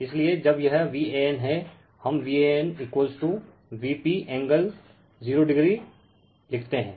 इसलिए जब यह Van है हम Van Vpएंगल 0o लिखते हैं